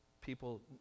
people